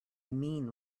mean